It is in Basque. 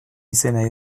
izena